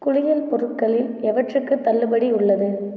குளியல் பொருட்களில் எவற்றுக்கு தள்ளுபடி உள்ளது